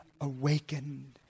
awakened